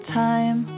time